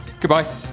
goodbye